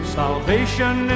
salvation